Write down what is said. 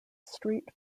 street